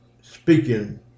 speaking